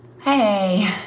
Hey